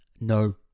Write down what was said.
No